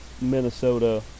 Minnesota